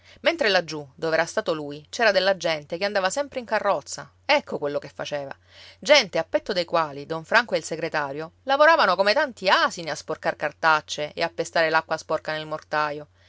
mentre laggiù dov'era stato lui c'era della gente che andava sempre in carrozza ecco quello che faceva gente appetto dei quali don franco ed il segretario lavoravano come tanti asini a sporcar cartacce e a pestare l'acqua sporca nel mortaio